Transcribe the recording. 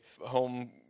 home